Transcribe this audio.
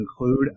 include